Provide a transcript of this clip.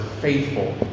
faithful